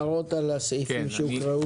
הערות לסעיפים שהוקראו.